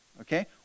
Okay